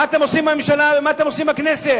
מה אתם עושים בממשלה ומה אתם עושים בכנסת.